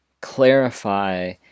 clarify